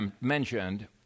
mentioned